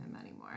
anymore